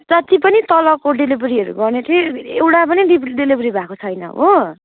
जति पनि तलको डिलिभरीहरू गर्नेथियो एउडाटा पनि डिलिभरी भएको छैन हो